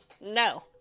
No